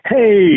Hey